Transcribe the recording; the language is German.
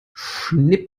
schnipp